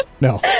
no